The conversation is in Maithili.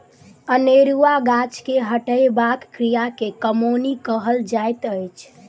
अनेरुआ गाछ के हटयबाक क्रिया के कमौनी कहल जाइत अछि